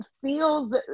feels